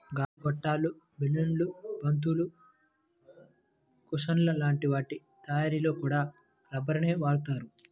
గాలి గొట్టాలు, బెలూన్లు, బంతులు, కుషన్ల లాంటి వాటి తయ్యారీలో కూడా రబ్బరునే వాడతారు